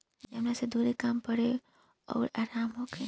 जवना से दुरी कम पड़े अउर आराम होखे